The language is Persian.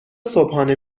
صبحانه